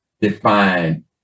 define